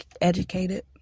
educated